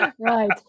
Right